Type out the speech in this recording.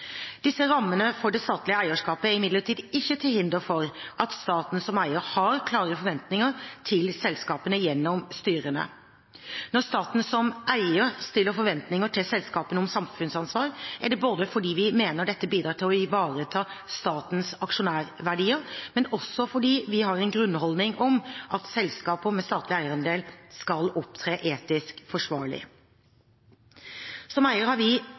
Disse rammene for det statlige eierskapet er imidlertid ikke til hinder for at staten som eier har klare forventninger til selskapene gjennom styrene. Når staten som eier stiller forventninger til selskapene om samfunnsansvar, er det både fordi vi mener dette bidrar til å ivareta statens aksjonærverdier, og fordi vi har en grunnholdning om at selskaper med statlig eierandel skal opptre etisk forsvarlig. Som eier har vi